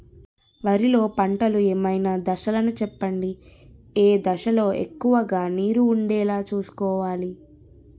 వరిలో పంటలు ఏమైన దశ లను చెప్పండి? ఏ దశ లొ ఎక్కువుగా నీరు వుండేలా చుస్కోవలి?